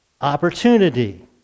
opportunity